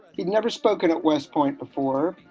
he'd never spoken at west point before.